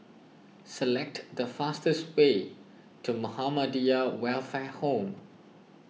select the fastest way to Muhammadiyah Welfare Home